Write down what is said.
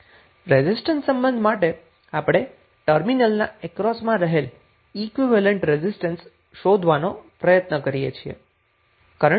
resistance સંબંધ માટે આપણે ટર્મિનલના અક્રોસમાં રહેલા ઈક્વીવેલેન્ટ રેઝિસ્ટન્સને શોધવાનો પ્રયત્ન કરીએ છીએ